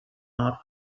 not